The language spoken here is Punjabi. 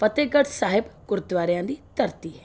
ਫਤਿਹਗੜ੍ਹ ਸਾਹਿਬ ਗੁਰਦੁਆਰਿਆਂ ਦੀ ਧਰਤੀ ਹੈ